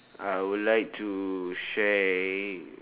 I would like to share